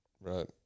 Right